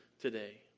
today